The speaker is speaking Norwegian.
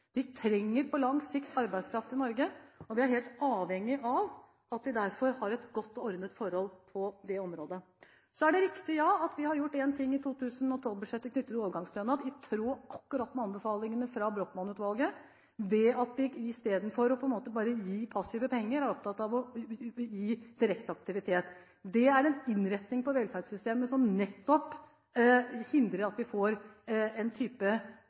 Vi trenger på lang sikt arbeidskraft i Norge, og vi er derfor helt avhengig av at vi har et godt og ordnet forhold på det området. Så er det riktig at vi har gjort en ting i 2012-budsjettet knyttet til overgangsstønad, akkurat i tråd med anbefalingene fra Brochmann-utvalget, ved at vi i stedet for å gi passive penger er opptatt av å gi direkte aktivitet. Det er en innretning i velferdssystemet som nettopp hindrer at vi får en type